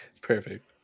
Perfect